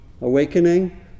awakening